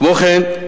כמו כן,